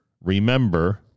remember